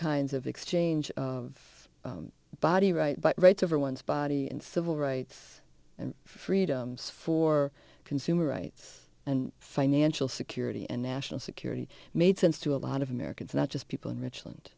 kinds of exchange of body right but rights over one's body and civil rights and freedoms for consumer rights and financial security and national security made sense to a lot of americans not just people in richland